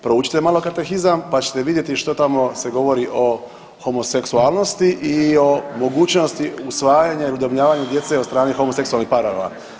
Proučite malo Katekizam pa ćete vidjeti što tamo se govori o homoseksualnosti i o mogućnosti usvajanja i udomljavanja djece od strane homoseksualnih parova.